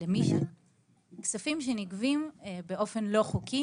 אלה כספים שנגבים באופן לא חוקי